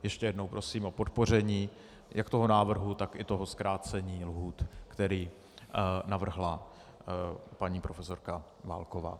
Ještě jednou prosím o podpoření jak toho návrhu, tak i toho zkrácení lhůt, které navrhla paní profesorka Válková.